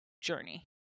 journey